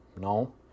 No